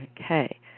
Okay